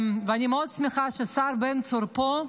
ואני מאוד שמחה שהשר בן צור פה,